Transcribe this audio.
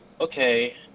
okay